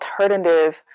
alternative